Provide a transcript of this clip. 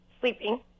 sleeping